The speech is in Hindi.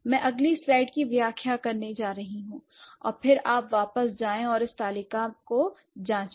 मैं अगली स्लाइड की व्याख्या करने जा रही हूँ और फिर आप वापस जाएँ और इसे तालिका में जांचें